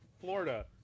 Florida